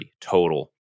total